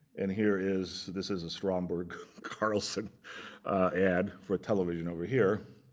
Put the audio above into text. and here is this is a stromberg carlson ad for television over here